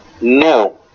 No